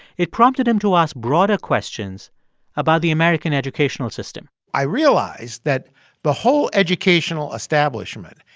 it prompted him to ask broader questions about the american educational system i realized that the whole educational establishment,